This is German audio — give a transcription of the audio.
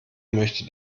möchte